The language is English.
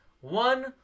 one